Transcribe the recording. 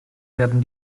werden